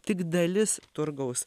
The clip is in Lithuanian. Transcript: tik dalis turgaus